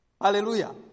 Hallelujah